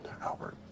Albert